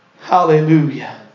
hallelujah